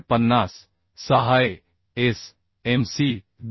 550 सह ISMC